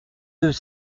deux